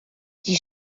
die